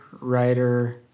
writer